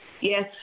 Yes